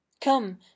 Come